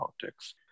politics